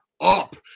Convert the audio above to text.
up